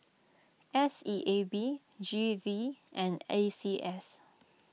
S E A B G V and A C S